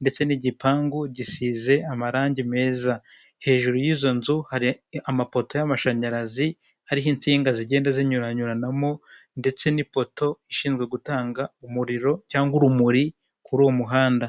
ndetse n'igipangu gisize amarangi meza, hejuru y'izo nzu hari amapoto y'amashanyarazi hariho insinga zigenda zinyuranyuranamo ndetse n'ipoto ishinzwe gutanga umuriro cyangwa urumuri ku umuhanda.